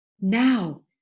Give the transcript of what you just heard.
Now